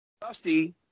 Dusty